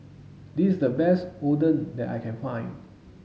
this is the best Oden that I can find